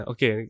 Okay